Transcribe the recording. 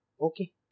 Okay